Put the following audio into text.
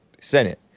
Senate